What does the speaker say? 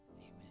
Amen